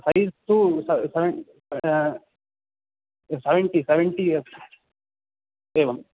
size तु स seven seventy seventy अस् एवम्